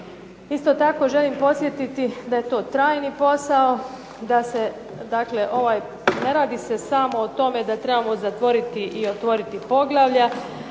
Isto tako želim podsjetiti da je to trajni posao, dakle ne radi se o tome samo da trebamo otvoriti i zatvoriti poglavlja,